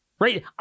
Right